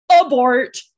abort